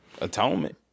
Atonement